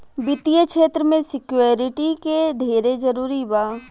वित्तीय क्षेत्र में सिक्योरिटी के ढेरे जरूरी बा